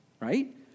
right